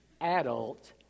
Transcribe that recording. adult